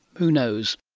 who knows